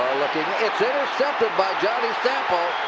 looking. it's intercepted by johnny sample!